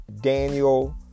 Daniel